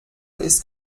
ist